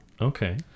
Okay